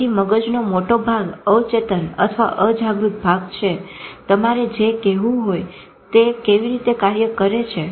તેથી મગજનો મોટો ભાગ અવચેતન અથવા અજાગૃત ભાગ છે તમારે જે કહેવું હોય તે તે કેવી રીતે કાર્ય કરે છે